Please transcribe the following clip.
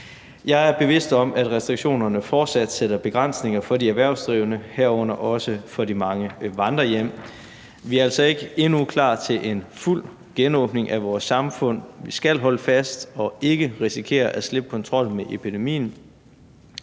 Jeg er bevidst om, at restriktionerne fortsat sætter begrænsninger for de erhvervsdrivende, herunder også for de mange vandrehjem. Vi er altså endnu ikke klar til en fuld genåbning af vores samfund. Vi skal holde fast og ikke risikere at slippe kontrollen med epidemien.